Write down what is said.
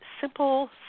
Simple